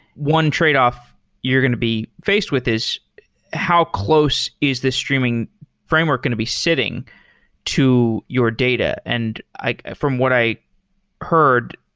one tradeoff you're going to be faced with is how close is this streaming framework going to be sitting to your data. and from what i heard,